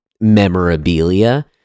memorabilia